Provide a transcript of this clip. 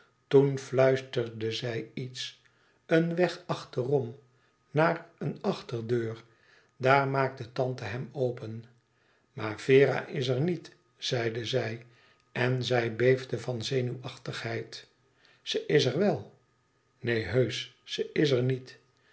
toen fluisterde zij iets een weg achterom naar een achterdeur daar maakte tante hem open maar vera is er niet zeide zij en zij beefde van zenuw achtigheid ze is er wel neen heusch ze is er niet